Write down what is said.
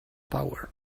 power